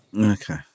Okay